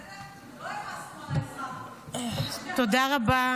זה לא, תודה רבה.